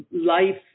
life